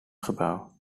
gebouw